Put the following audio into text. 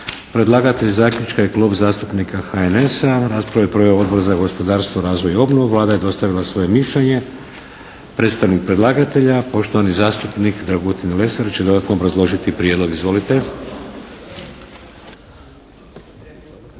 predlagatelj Klub zastupnika HNS-a Raspravu je proveo Odbor za gospodarstvo, razvoj i obnovu. Vlada je dostavila svoje mišljenje. Predstavnik predlagatelja, poštovani zastupnik Dragutin Lesar će dodatno obrazložiti Prijedlog. Izvolite.